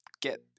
get